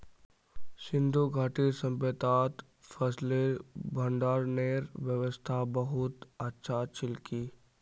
सिंधु घाटीर सभय्तात फसलेर भंडारनेर व्यवस्था बहुत अच्छा छिल की